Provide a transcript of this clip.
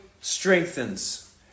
strengthens